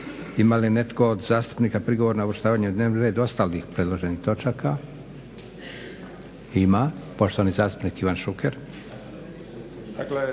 Ima li netko od zastupnika prigovor na uvrštavanje u dnevni red ostalih predloženih točaka? Ima. Poštovani zastupnik Ivan Šuker.